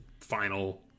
final